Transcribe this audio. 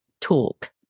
talk